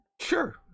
sure